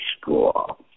school